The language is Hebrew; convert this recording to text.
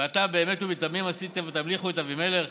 "ועתה אם באמת ובתמים עשיתם ותמליכו את אבימלך